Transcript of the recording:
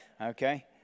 okay